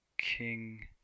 King